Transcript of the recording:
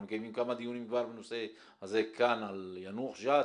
אנחנו מקיימים כאן כבר כמה דיונים על הנושא הזה של יאנוח-ג'ת,